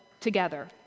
together